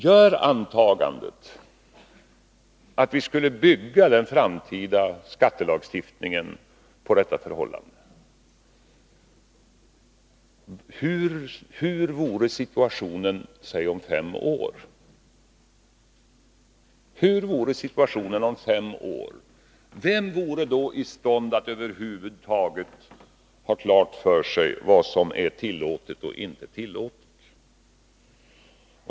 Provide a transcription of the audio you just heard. Gör antagandet att vi skulle bygga den framtida skattelagstiftningen på detta förhållande! Hur vore situationen om fem år? Vem vore då i stånd att över huvud taget ha klart för sig vad som är tillåtet och inte tillåtet?